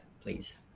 please